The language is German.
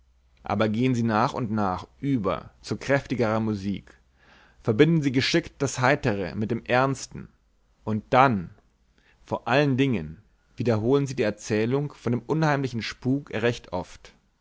aber gehen sie nach und nach über zu kräftigerer musik verbinden sie geschickt das heitere mit dem ernsten und dann vor allen dingen wiederholen sie die erzählung von dem unheimlichen spuk recht oft